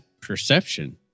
perception